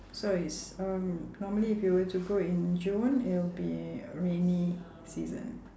so it's um normally if you were to go in june it'll be rainy season